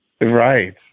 Right